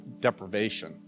deprivation